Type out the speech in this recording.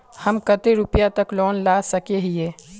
हम कते रुपया तक लोन ला सके हिये?